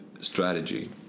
strategy